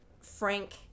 frank